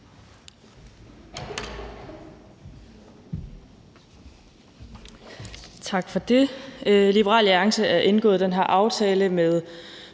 Tak for det. Liberal Alliance har indgået den her aftale med